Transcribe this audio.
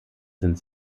sind